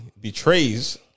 betrays